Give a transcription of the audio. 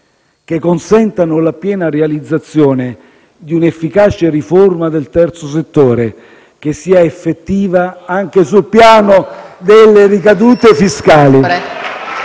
che consentano la piena realizzazione di un'efficace riforma del terzo settore, che sia effettiva anche sul piano delle ricadute fiscali.